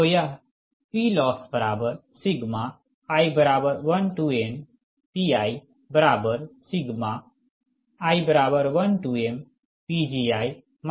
तो यह PLossi1nPii1mPgi i1nPLi है